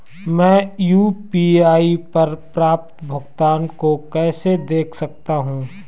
मैं यू.पी.आई पर प्राप्त भुगतान को कैसे देख सकता हूं?